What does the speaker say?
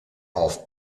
auf